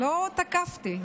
לא תקפתי.